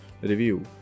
review